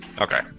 Okay